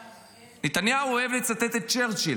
נתניהו אוהב לצטט את צ'רצ'יל.